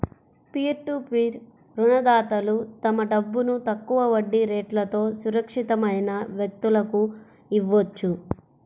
peer to peer రుణదాతలు తమ డబ్బును తక్కువ వడ్డీ రేట్లతో సురక్షితమైన వ్యక్తులకు ఇవ్వొచ్చు